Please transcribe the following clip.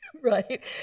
right